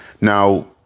Now